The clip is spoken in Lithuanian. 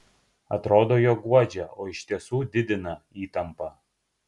atrodo jog guodžia o iš tiesų didina įtampą